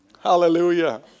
Hallelujah